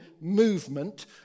movement